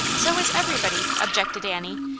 so is everybody, objected annie,